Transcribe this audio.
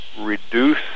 reduce